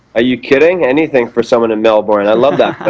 ah you kidding? anything for someone in melbourne. and i love that